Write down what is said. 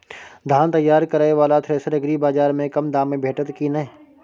धान तैयार करय वाला थ्रेसर एग्रीबाजार में कम दाम में भेटत की नय?